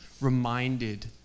reminded